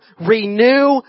renew